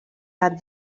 had